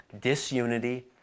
Disunity